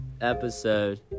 episode